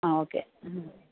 ആ ഓക്കെ ആ